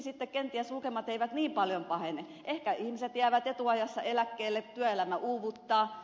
samoin kenties lukemat eivät niin paljon pahene kun ehkä ihmiset jäävät etuajassa eläkkeelle työelämä uuvuttaa